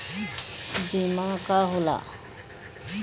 बीमा का होला?